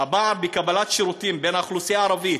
הפער בקבלת שירותים בין האוכלוסייה הערבית,